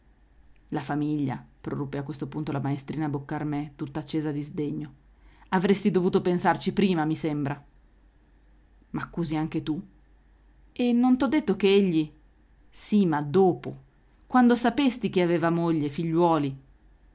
la famiglia proruppe a questo punto la maestrina boccarmè tutt'accesa di sdegno avresti dovuto pensarci prima mi sembra m'accusi anche tu e non t'ho detto che egli sì ma dopo quando sapesti che aveva moglie figliuoli